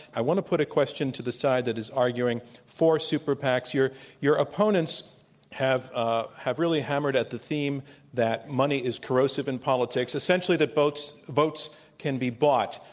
i want to put a question to the side that is arguing for super pacs. your your opponents have ah have really hammered at the theme that money is corrosive in politics, essentially that votes votes can be bought.